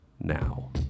now